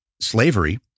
slavery